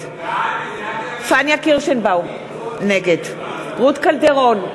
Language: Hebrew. נגד פניה קירשנבאום, נגד רות קלדרון,